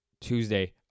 Tuesday